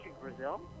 Brazil